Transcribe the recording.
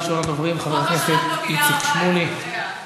ראשון הדוברים, חבר הכנסת איציק שמולי.